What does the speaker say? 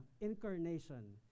incarnation